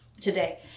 today